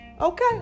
Okay